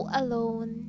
alone